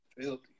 filthy